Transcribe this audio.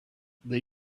they